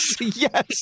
yes